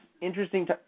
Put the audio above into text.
interesting